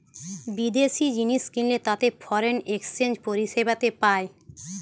বিদেশি জিনিস কিনলে তাতে ফরেন এক্সচেঞ্জ পরিষেবাতে পায়